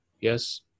Yes